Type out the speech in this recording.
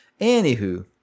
Anywho